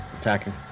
Attacking